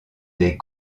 des